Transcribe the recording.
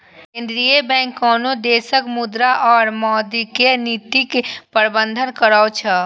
केंद्रीय बैंक कोनो देशक मुद्रा और मौद्रिक नीतिक प्रबंधन करै छै